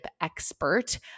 expert